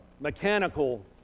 mechanical